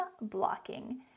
blocking